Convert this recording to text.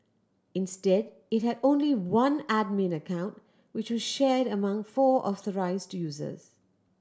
instead it had only one admin account which was shared among four authorised users